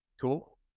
Cool